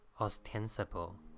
ostensible